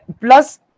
plus